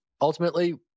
ultimately